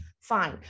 fine